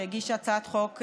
שהגישה הצעת חוק,